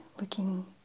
looking